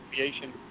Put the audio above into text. aviation